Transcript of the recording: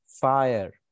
fire